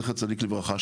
זכר צדיק לברכה,